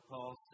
Paul